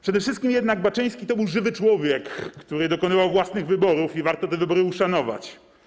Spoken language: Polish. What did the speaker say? Przede wszystkim jednak Baczyński to był żywy człowiek, który dokonywał własnych wyborów i warto te wybory uszanować.